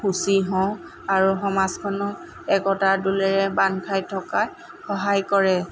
শুচি হওঁ আৰু সমাজখনক একতাৰ দোলেৰে বান্ধ খাই থকাত সহায় কৰে